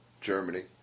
Germany